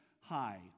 high